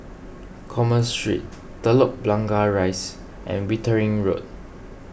Commerce Street Telok Blangah Rise and Wittering Road